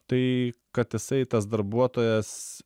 tai kad jisai tas darbuotojas